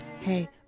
hey